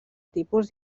tipus